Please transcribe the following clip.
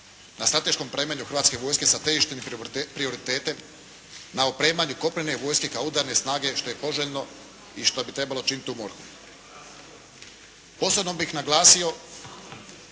ne razumije./… Hrvatske vojske sa težištem i prioritetom na opremanju kopnene vojske kao udarne snage što je poželjno i što bi trebalo činiti u MORH-u. Osobno bih naglasio